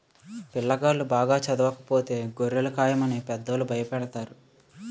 పిల్లాగాళ్ళు బాగా చదవకపోతే గొర్రెలు కాయమని పెద్దోళ్ళు భయపెడతారు